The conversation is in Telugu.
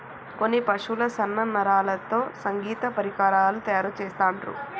కొన్ని పశువుల సన్న నరాలతో సంగీత పరికరాలు తయారు చెస్తాండ్లు